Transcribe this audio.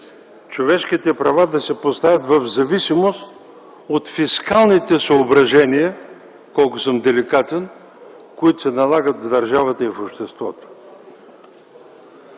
човешките права да се поставят в зависимост от фискалните съображения – колко съм деликатен – които се налагат в държавата и в обществото.